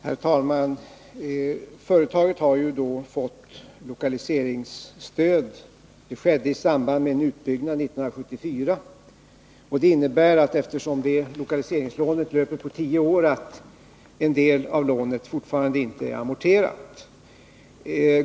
Herr talman! Företaget har fått lokaliseringsstöd. Det skedde i samband med en utbyggnad 1974, och eftersom lokaliseringslånet löper på tio år innebär det att en del av lånet fortfarande inte är amorterat.